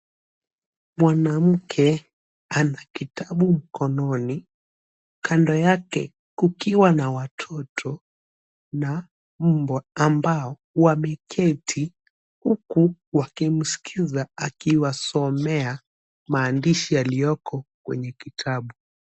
Mwanamke ana kitabu mkononi , kando yake kukiwa na watoto na mbwa ambao wameketi huku wakimskiza akiwasomea maandishi yaliyoko kwenye kitabu.